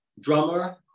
drummer